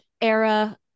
era